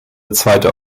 zweite